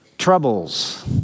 Troubles